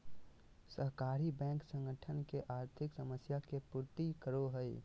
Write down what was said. सहकारी बैंक संगठन के आर्थिक समस्या के पूर्ति करो हइ